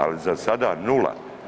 Ali za sada nula.